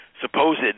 supposed